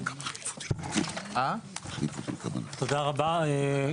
תודה רבה.